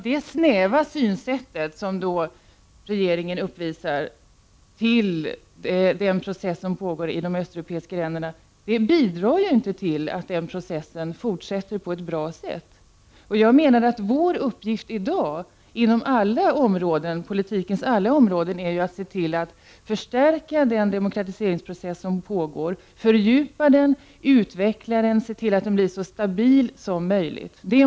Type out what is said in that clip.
Det snäva synsätt som regeringen uppvisar i fråga om den process som pågår i de östeuropeiska länderna bidrar inte till att processen fortsätter på ett bra sätt. Vår uppgift i dag inom politikens alla områden är att se till att förstärka den demokratiseringsprocess som pågår, fördjupa den, utveckla den och se till att den blir så stabil som möjligt.